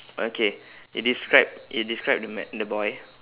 okay you describe you describe the ma~ the boy